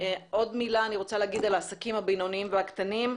עוד מילה אני רוצה להגיד על העסקים הבינוניים והקטנים.